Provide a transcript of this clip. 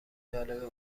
جالبه